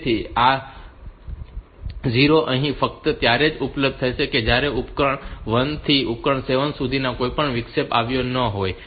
તેથી આ 0 અહીં ફક્ત ત્યારે જ ઉપલબ્ધ થશે કે જો ઉપકરણ 1 થી ઉપકરણ 7 સુધીના કોઈપણ વિક્ષેપ ન આવ્યા હોય